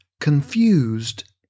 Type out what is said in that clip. confused